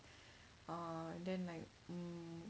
uh then like mm